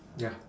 ya